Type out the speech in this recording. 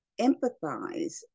empathize